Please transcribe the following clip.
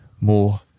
more